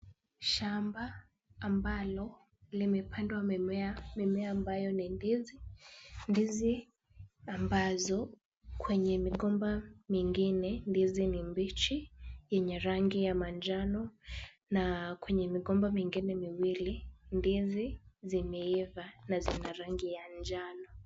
Shamba ambalo limepandwa mimea, mimea ambayo ni ndizi. Ndizi ambazo kwenye migomba mingine, ndizi ni mbichi yenye rangi ya manjano na kwenye migomba mingine miwili ndizi zimeiva na zina rangi ya njano.